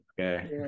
Okay